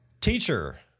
Teacher